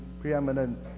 preeminent